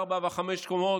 ארבע וחמש קומות.